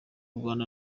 rwanda